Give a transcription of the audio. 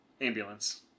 ambulance